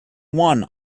one